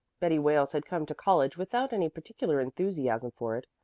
betty wales had come to college without any particular enthusiasm for it,